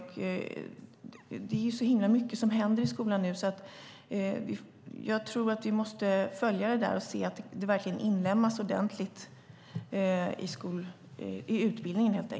Det händer så mycket i skolan nu, och jag tror att vi måste följa detta och se att det verkligen inlemmas ordentligt i utbildningen.